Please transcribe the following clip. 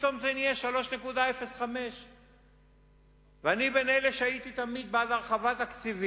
פתאום זה נהיה 3.05. ואני בין אלה שהיו תמיד בעד הרחבה תקציבית,